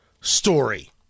story